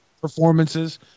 performances